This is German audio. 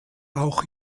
auch